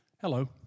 Hello